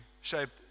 shaped